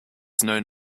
known